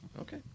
Okay